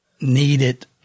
needed